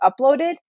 uploaded